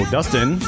Dustin